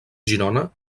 girona